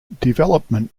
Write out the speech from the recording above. development